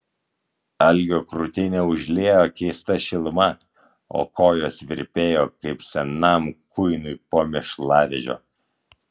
algio krūtinę užliejo keista šiluma o kojos virpėjo kaip senam kuinui po mėšlavežio